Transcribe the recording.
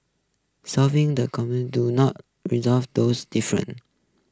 solving the common do not result those differences